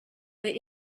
est